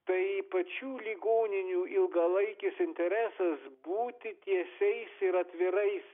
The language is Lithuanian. tai pačių ligoninių ilgalaikis interesas būti tiesiais ir atvirais